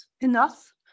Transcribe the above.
enough